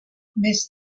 més